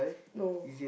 no